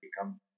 become